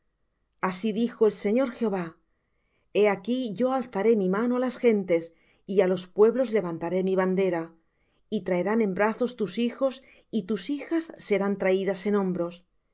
así dijo el señor jehová he aquí yo alzaré mi mano á las gentes y á los pueblos levantaré mi bandera y traerán en brazos tus hijos y tus hijas serán traídas en hombros